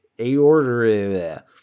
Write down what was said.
Aorta